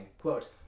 Quote